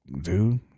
dude